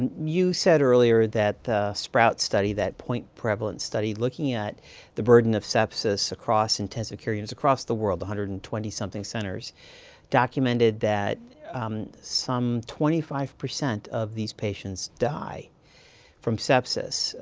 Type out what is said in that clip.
and you said earlier that the sprout study, that point prevalence study, looking at the burden of sepsis across intensive care units across the world one hundred and twenty something centers documented that some twenty five percent of these patients die from sepsis,